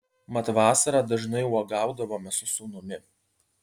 mat vasarą dažnai uogaudavome su sūnumi